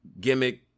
gimmick